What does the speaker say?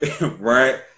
Right